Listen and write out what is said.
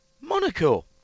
monaco